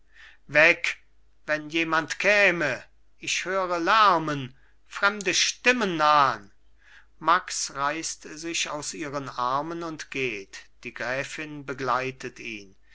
weg wenn jemand käme ich höre lärmen fremde stimmen nahen max reißt sich aus ihren armen und geht die gräfin begleitet ihn